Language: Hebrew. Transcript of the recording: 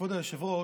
כבוד היושב-ראש,